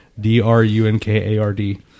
D-R-U-N-K-A-R-D